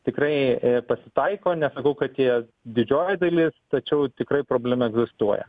tikrai pasitaiko nesakau kad jie didžioji dalis tačiau tikrai problema egzistuoja